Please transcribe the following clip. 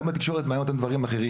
היום התקשורת מעניין אותה דברים אחרים,